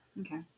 Okay